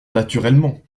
naturellement